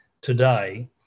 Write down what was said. today